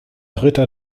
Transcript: ritter